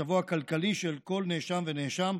למצבו הכלכלי של כל נאשם ונאשם.